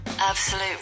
Absolute